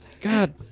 God